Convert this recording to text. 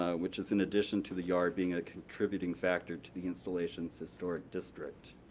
ah which is in addition to the yard being a contributing factor to the installation's historic district.